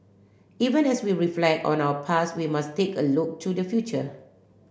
even as we reflect on our past we must take a look to the future